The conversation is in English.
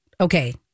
okay